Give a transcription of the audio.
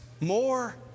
more